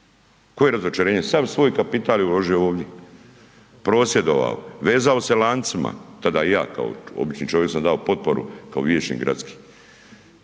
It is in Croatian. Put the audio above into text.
koje razočarenje, sav svoj kapital je uložio ovdje, prosvjedovao, vezao se lancima, tada i ja kao obični čovjek sam dao potporu kao vijećnik gradski.